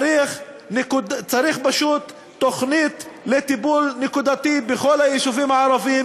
צריך פשוט תוכנית לטיפול נקודתי בכל היישובים הערביים,